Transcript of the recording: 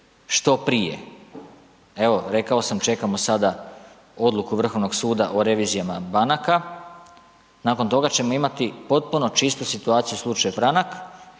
što prije. Evo rekao sam, čekamo sada odluku Vrhovnog suda o revizijama banaka, nakon toga ćemo imati potpuno čistu situaciju u slučaju Franak,